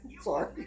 Sorry